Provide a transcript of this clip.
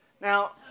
Now